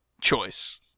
choice